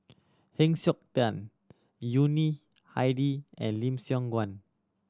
Heng Siok Tian Yuni Hadi and Lim Siong Guan